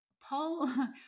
Paul